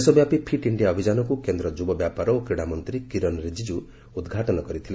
ଦେଶବ୍ୟାପୀ fit India ଅଭିଯାନକୁ କେନ୍ଦ୍ର ଯୁବବ୍ୟାପାର ଓ କ୍ରୀଡାମନ୍ତୀ କିରନ୍ ରିଜିଜ୍ ଉଦ୍ଘାଟନ କରିଥିଲେ